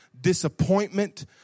disappointment